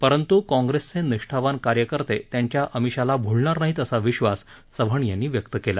परंतु काँग्रेसचे निष्ठावान कार्यकर्ते त्यांच्या अमिषाला भ्लणार नाहीत असा विश्वास चव्हाण यांनी व्यक्त केला